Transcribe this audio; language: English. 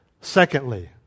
Secondly